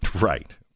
Right